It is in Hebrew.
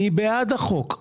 אני בעד החוק,